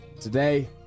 Today